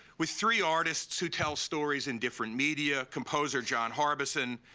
with three artists who tell stories in different media, composer john harbison,